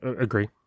Agree